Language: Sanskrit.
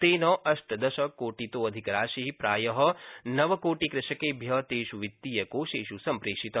तेन अष्टदशकोटितोऽधिकराशि प्राय नवकोटिकृषकेभ्य तेषु वित्तीयकोषेष् सम्प्रेषित